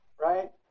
Right